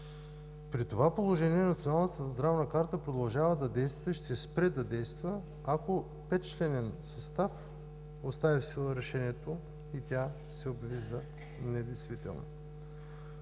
При това положение Националната здравна карта продължава да действа и ще спре да действа, ако петчленен състав остави в сила решението и тя се обяви за недействителна.